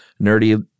nerdy